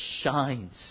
shines